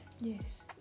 Yes